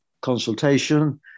consultation